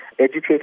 educate